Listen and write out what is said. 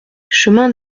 chemin